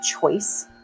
choice